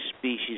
species